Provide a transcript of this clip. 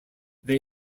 they